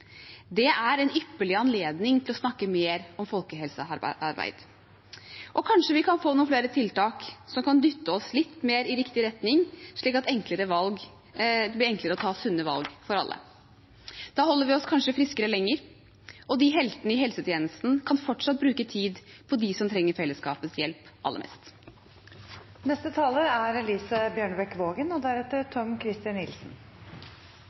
Det er en ypperlig anledning til å snakke mer om folkehelsearbeid. Kanskje vi kan få noen flere tiltak som kan dytte oss litt mer i riktig retning, slik at det blir enklere å ta sunne valg for alle. Da holder vi oss kanskje friskere lenger, og heltene i helsetjenesten kan fortsatt bruke tid på dem som trenger fellesskapets hjelp aller mest. Meldingen er omfattende og